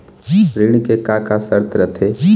ऋण के का का शर्त रथे?